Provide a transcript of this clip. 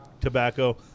tobacco